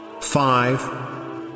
five